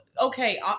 okay